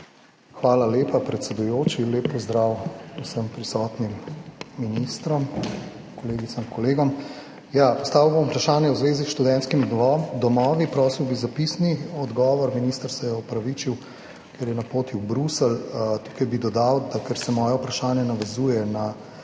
Hvala lepa, predsedujoči. Lep pozdrav vsem prisotnim ministrom, kolegicam in kolegom! Postavil bom vprašanje v zvezi s študentskimi domovi. Prosil bi za pisni odgovor. Minister se je opravičil, ker je na poti v Bruselj. Tukaj bi dodal, da ker se moje vprašanje navezuje na